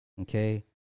Okay